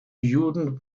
juden